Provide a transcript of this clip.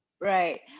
Right